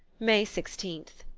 may sixteenth.